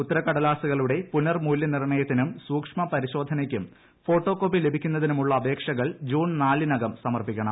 ഉത്തരക്കടലാസുകളുടെ പുനർമൂല്യനിർണയത്തിനും സൂക്ഷ്മ പരിശോധനയ്ക്കും ഫോട്ടോകോപ്പി ലഭിക്കുന്നതിനുമുള്ള അപേക്ഷകൾ ജൂൺ നാലിനകം സമർപ്പിക്കണം